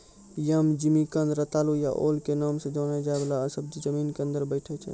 यम, जिमिकंद, रतालू या ओल के नाम सॅ जाने जाय वाला सब्जी जमीन के अंदर बैठै छै